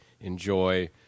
enjoy